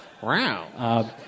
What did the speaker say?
Wow